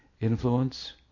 influence